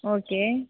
okay